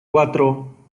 cuatro